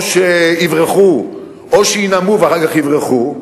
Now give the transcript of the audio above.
או שיברחו או שינאמו ואחר כך יברחו.